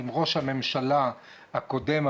אם ראש הממשלה הקודם,